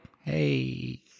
hey